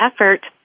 effort